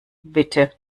bitte